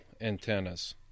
antennas